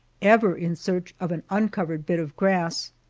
ever in search of an uncovered bit of grass.